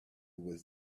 was